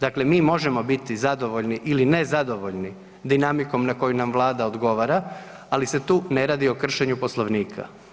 Dakle, mi možemo biti zadovoljni ili ne zadovoljni dinamikom na koju nam Vlada odgovara, ali se tu ne radi o kršenju Poslovnika.